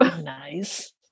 Nice